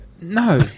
No